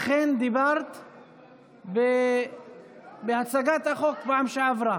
אכן דיברת בהצגת החוק בפעם שעברה.